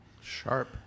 Sharp